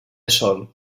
sol